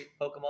Pokemon